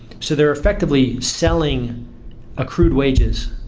so they're effectively selling accrued wages.